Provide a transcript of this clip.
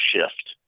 shift